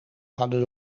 hadden